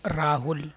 Rahul